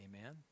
Amen